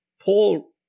Paul